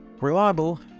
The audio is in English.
reliable